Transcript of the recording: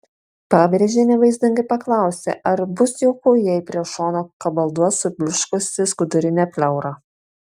pabrėžienė vaizdingai paklausė ar bus jauku jei prie šono kabalduos subliuškusi skudurinė pleura